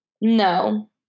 No